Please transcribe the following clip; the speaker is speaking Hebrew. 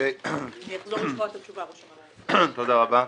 תודה רבה.